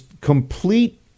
complete